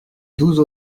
douze